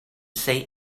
say